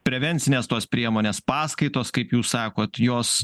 prevencinės tos priemonės paskaitos kaip jūs sakot jos